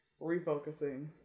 refocusing